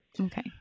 Okay